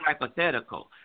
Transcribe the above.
hypothetical